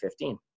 2015